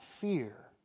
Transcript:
fear